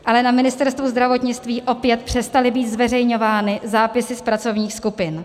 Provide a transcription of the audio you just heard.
Ale na Ministerstvu zdravotnictví opět přestaly být zveřejňovány zápisy z pracovních skupin.